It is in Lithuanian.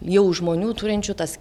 jau žmonių turinčių tas